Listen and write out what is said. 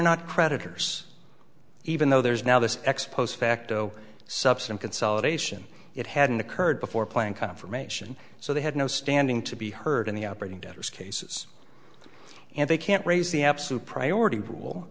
not creditors even though there's now this ex post facto subsume consolidation it hadn't occurred before playing confirmation so they had no standing to be heard in the operating debtors cases and they can't raise the absolute priority rule